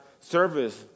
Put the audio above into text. Service